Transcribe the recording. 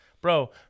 Bro